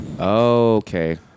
Okay